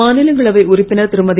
மாநிலங்களவை உறுப்பினர் திருமதி